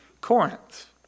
Corinth